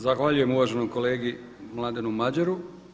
Zahvaljujem uvaženom kolegi Mladenu Mađeru.